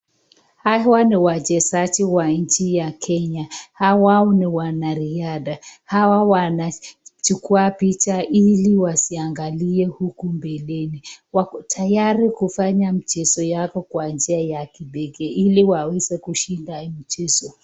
Hawa ni wachezaji wa nchi ya Kenya. Hawa ni wanariadha. Hawa wanachukua picha ili wasiangalie huku mbeleni kwa tayari kufanya mchezo yako kwa njia ya kipekee ili waweze kushinda mchezo.